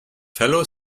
fellow